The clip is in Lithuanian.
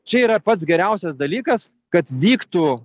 čia yra pats geriausias dalykas kad vyktų